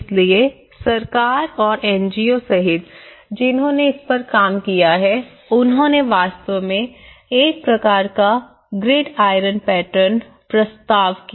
इसलिए सरकार और एन जी ओ सहित जिन्होंने इस पर काम किया है उन्होंने वास्तव में एक प्रकार का ग्रिड आयरन पैटर्न प्रस्तावित किया